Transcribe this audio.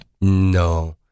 No